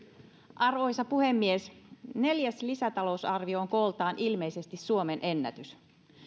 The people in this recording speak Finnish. arvoisa puhemies neljäs lisätalousarvio on kooltaan ilmeisesti suomen ennätys